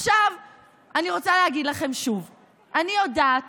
עכשיו אני רוצה להגיד לכם שוב: אני יודעת